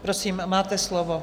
Prosím, máte slovo.